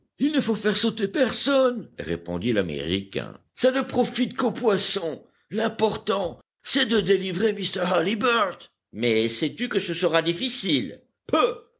il ne faut faire sauter personne répondit l'américain ca ne profite qu'aux poissons l'important c'est de délivrer mr halliburtt mais sais-tu que ce sera difficile